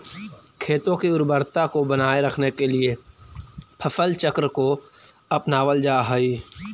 खेतों की उर्वरता को बनाए रखने के लिए फसल चक्र को अपनावल जा हई